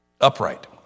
Upright